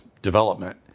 development